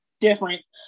difference